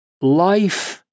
life